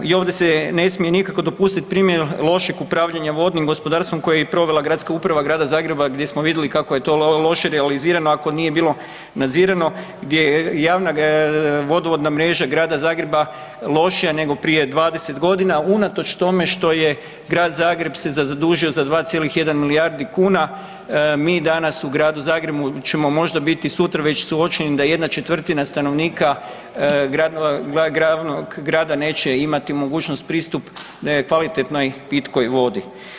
I ovdje se ne smije nikako dopustiti primjer lošeg upravljanja vodnim gospodarstvom koji je i provela gradska uprava Grada Zagreba gdje smo vidjeli kako je to loše realizirano ako nije bilo nadzirano gdje je javna vodovodna mreža Grada Zagreba lošija nego prije 20 godina unatoč tome što je Grad Zagreb zadužio za 2,1 milijardi kuna mi danas u Gradu Zagrebu ćemo možda biti sutra već suočeni da 1/4 stanovnika glavnog grada neće imati mogućnost, pristup kvalitetnoj pitkoj vodi.